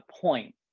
point